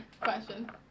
question